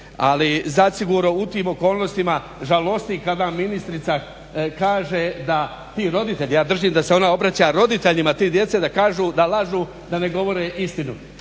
Ali zasigurno u tim okolnostima žalosti kada ministrica kaže da ti roditelji, ja držim da se ona obraća roditeljima te djece, da kaže da lažu, da ne govore istinu.